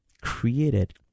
created